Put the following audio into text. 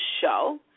show